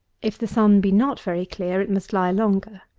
if the sun be not very clear, it must lie longer.